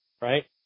right